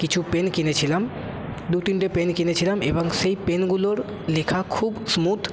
কিছু পেন কিনেছিলাম দু তিনটে পেন কিনেছিলাম এবং সেই পেনগুলোর লেখা খুব স্মুত